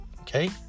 Okay